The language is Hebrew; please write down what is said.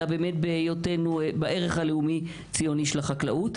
אלא בהיותנו בערך הלאומי-ציוני של החקלאות.